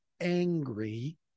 angry